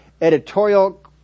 editorial